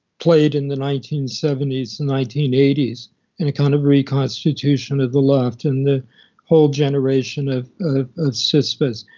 played in the nineteen seventy s, nineteen eighty s in a kind of reconstitution of the left and the whole generation of cspiz.